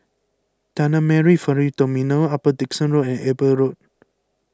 Tanah Merah Ferry Terminal Upper Dickson Road and Eber Road